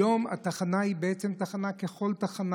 היום התחנה היא בעצם תחנה ככל תחנה.